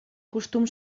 costum